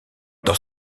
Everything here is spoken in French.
dans